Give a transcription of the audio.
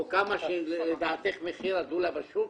או כמה שלדעתך מחיר הדולה בשוק,